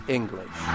English